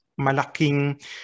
malaking